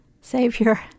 Savior